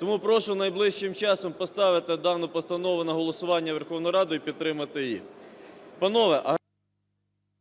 Тому прошу найближчим часом поставити дану постанову на голосування у Верховну Раду і підтримати її.